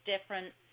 different